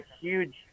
huge